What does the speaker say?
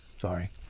Sorry